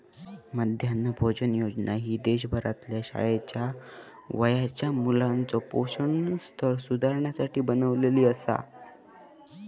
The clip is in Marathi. मध्यान्ह भोजन योजना ही देशभरातल्या शाळेच्या वयाच्या मुलाचो पोषण स्तर सुधारुसाठी बनवली आसा